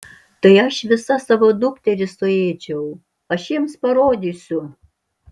tai aš visas savo dukteris suėdžiau aš jiems parodysiu